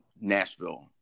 Nashville